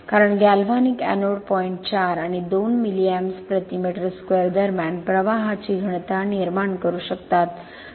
कारण galvanic anode point 4 आणि 2 milli amps प्रति मीटर स्क्वेअर दरम्यान प्रवाहाचीघनता निर्माण करू शकतात